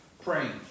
Praying